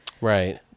right